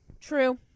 True